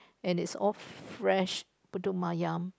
and it's all fresh putu-mayam